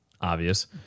obvious